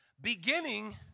beginning